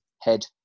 head